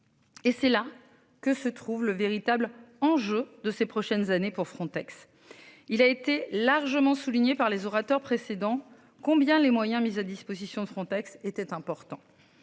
Et c'est là que se trouve le véritable enjeu de ces prochaines années pour Frontex. Il a été largement souligné par les orateurs précédents combien les moyens mis à disposition de Frontex était important.